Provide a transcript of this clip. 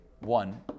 one